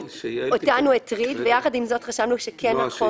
אותנו ויחד עם זאת חשבנו שכן --- נועה,